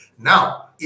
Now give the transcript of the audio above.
Now